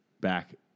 back